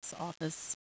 office